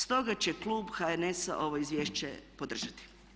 Stoga će klub HNS-a ovo izvješće podržati.